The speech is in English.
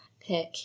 pick